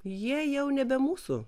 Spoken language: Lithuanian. jie jau nebe mūsų